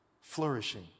flourishing